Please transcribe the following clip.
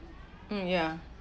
mm yeah